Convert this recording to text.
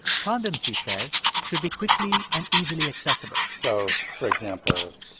condoms, he says, should be quickly and easily accessible so, for example,